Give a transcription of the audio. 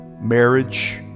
Marriage